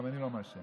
גם אני לא מעשן,